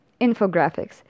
infographics